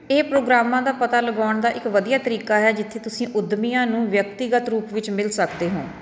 ਇਹ ਪ੍ਰੋਗਰਾਮਾਂ ਦਾ ਪਤਾ ਲਗਾਉਣ ਦਾ ਇੱਕ ਵਧੀਆ ਤਰੀਕਾ ਹੈ ਜਿੱਥੇ ਤੁਸੀਂ ਉੱਦਮੀਆਂ ਨੂੰ ਵਿਅਕਤੀਗਤ ਰੂਪ ਵਿੱਚ ਮਿਲ ਸਕਦੇ ਹੋ